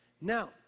Now